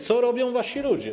Co robią wasi ludzie?